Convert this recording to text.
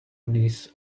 niece